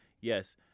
yes